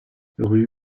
rue